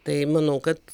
tai manau kad